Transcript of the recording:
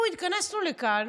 אנחנו התכנסנו כאן